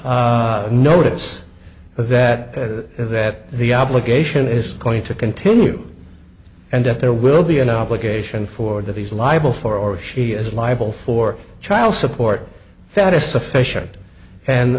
notice that that the obligation is going to continue and that there will be an obligation for that he's liable for or she is liable for child support fattest sufficient and